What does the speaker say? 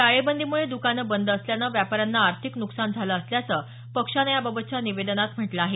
टाळेबंदीमुळे दुकानं बंद असल्यानं व्यापाऱ्यांना आर्थिक नुकसान झालं असल्याचं पक्षानं याबाबतच्या निवेदनात म्हटलं आहे